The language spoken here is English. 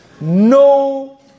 no